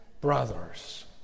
brothers